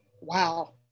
wow